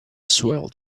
swell